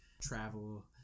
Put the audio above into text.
travel